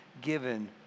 given